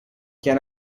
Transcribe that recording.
can